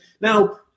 Now